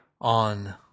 on